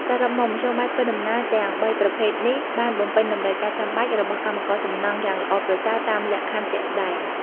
សរុបមក មធ្យោបាយធ្វើដំណើរទាំងបីប្រភេទនេះបានបំពេញតម្រូវការចាំបាច់របស់កម្មករសំណង់យ៉ាងល្អប្រសើរតាមលក្ខខណ្ឌជាក់ស្តែង។